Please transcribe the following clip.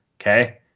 Okay